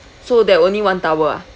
so there were only one towel ah